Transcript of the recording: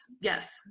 yes